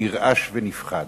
נרעש ונפחד.